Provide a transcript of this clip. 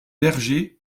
berger